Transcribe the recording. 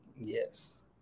Yes